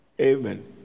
Amen